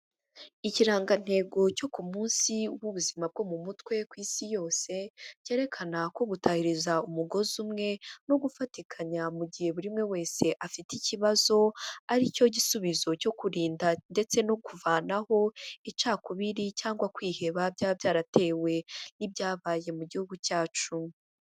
Ikirangantego cyo ku munsi w'ubuzima bwo mu mutwe ku si yose, cyerekana ko gutahiriza umugozi umwe, no gufatikanya mu gihe buri umwe wese afite ikibazo, ari cyo gisubizo cyo kurinda ndetse no kuvanaho icakubiri cyangwa kwiheba, byaba byaratewe n'ibyabaye mu gihugu cyacu.